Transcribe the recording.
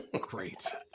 great